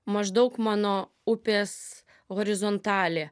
maždaug mano upės horizontalė